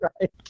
right